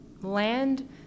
land